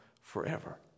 forever